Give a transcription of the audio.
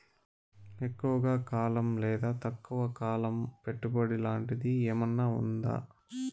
ఎక్కువగా కాలం లేదా తక్కువ కాలం పెట్టుబడి లాంటిది ఏమన్నా ఉందా